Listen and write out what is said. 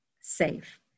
safe